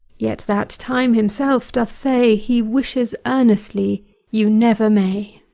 yet that time himself doth say he wishes earnestly you never may.